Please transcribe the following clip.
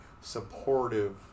supportive